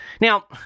Now